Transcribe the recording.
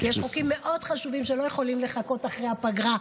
כי יש חוקים מאוד חשובים שלא יכולים לחכות לאחרי הפגרה.